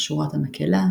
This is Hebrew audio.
"שורת המקהלה",